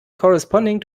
corresponding